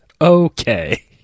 Okay